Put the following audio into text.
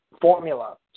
formula